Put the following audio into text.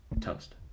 toast